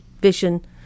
vision